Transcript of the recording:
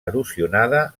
erosionada